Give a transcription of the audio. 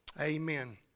amen